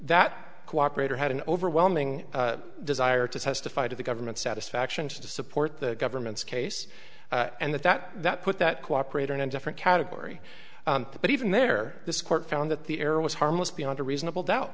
that cooperator had an overwhelming desire to testify to the government satisfaction to support the government's case and that that that put that cooperate in a different category but even there this court found that the error was harmless beyond a reasonable doubt